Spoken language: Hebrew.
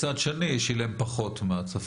מצד שני שילם פחות מהצפוי.